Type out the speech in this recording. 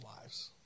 lives